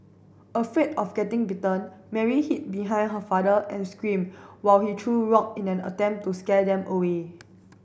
afraid of getting bitten Mary hid behind her father and screamed while he threw rock in an attempt to scare them away